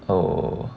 oh